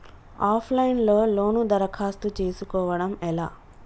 Of line లో loan దరఖాస్తు చేసుకోవడం ఎలా?